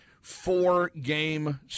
four-game